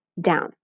down